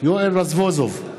יואל רזבוזוב,